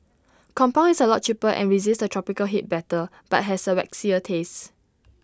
compound is A lot cheaper and resists the tropical heat better but has A waxier taste